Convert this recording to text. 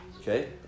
Okay